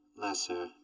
Lesser